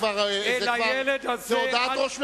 אל הילד הזה אל תשלחו את היד.